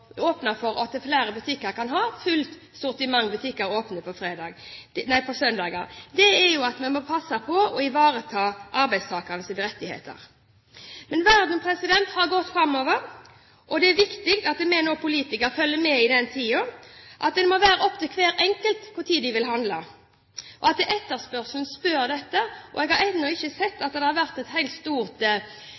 åpne for at flere fullsortimentsbutikker kan ha åpent på søndager, er at vi må passe på å ivareta arbeidstakernes rettigheter. Men verden har gått framover, og det er viktig at vi politikere nå følger med i tiden. Det må være opp til hver enkelt når man vil handle. Det er en etterspørsel etter dette. Jeg har ennå ikke sett at det har vært et stort